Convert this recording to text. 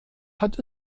hat